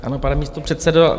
Ano, pane místopředsedo.